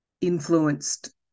influenced